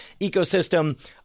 ecosystem